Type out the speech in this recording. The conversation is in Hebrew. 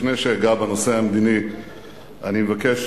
לפני שאגע בנושא המדיני אני מבקש,